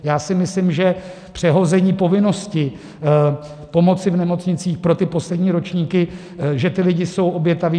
Já si myslím, že přehození povinnosti pomoci v nemocnicích pro poslední ročníky, že ti lidé jsou obětaví.